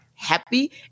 Happy